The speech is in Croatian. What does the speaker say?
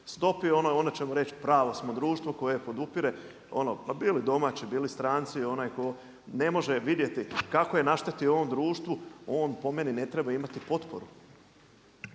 stopi onda ćemo reći pravo smo društvo koje podupire, ma bili domaći, bili stranci i onaj koji ne može vidjeti kako je naštetio ovom društvu. On po meni ne treba imati potporu.